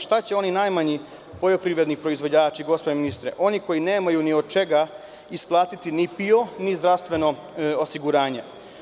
Šta će da rade oni najmanji poljoprivredni proizvođači, gospodine ministre, oni koji nemaju od čega isplatiti ni PIO, ni zdravstveno osiguranje?